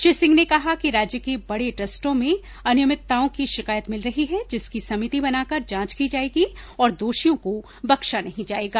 श्री सिंह ने कहा कि राज्य के बड़े ट्रस्टों में अनियमितताओं की शिकायत मिल रही है जिसकी समिति बनाकर जांच की जाएगी और दोषियों को बख्शा नहीं जाएगा